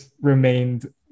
remained